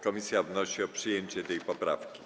Komisja wnosi o przyjęcie tej poprawki.